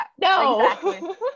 No